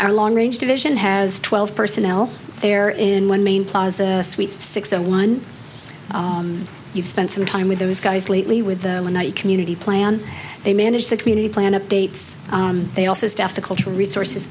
our long range division has twelve personnel there is in one main plaza suites sixty one you've spent some time with those guys lately with the community plan they manage the community plan updates they also staff the cultural resources